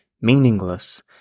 meaningless